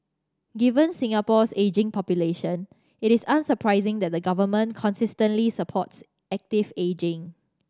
given Singapore's ageing population it is unsurprising that the government consistently supports active ageing